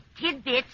tidbits